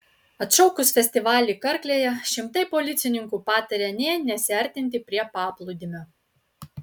atšaukus festivalį karklėje šimtai policininkų pataria nė nesiartinti prie paplūdimio